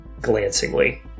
glancingly